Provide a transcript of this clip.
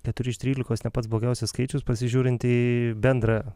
keturi iš trylikos ne pats blogiausias skaičius pasižiūrint į bendrą